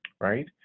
right